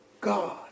God